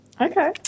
Okay